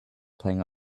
playing